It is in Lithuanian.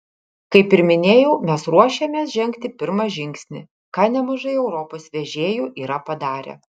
kaip ir minėjau mes ruošiamės žengti pirmą žingsnį ką nemažai europos vežėjų yra padarę